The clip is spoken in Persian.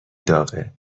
داغه